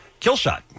Killshot